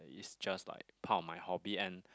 it's just like part of my hobby and